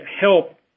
help